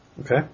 Okay